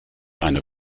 eine